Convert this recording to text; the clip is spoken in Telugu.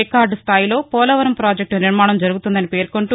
రికార్డ్ స్టాయిలో పోలవరం పాజెక్టు నిర్మాణం జరుగుతోందని పేర్కొంటూ